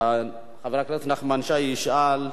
חבר הכנסת נחמן שי ישאל.